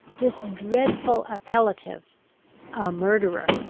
this dreadful appellative, a murderer,